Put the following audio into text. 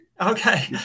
Okay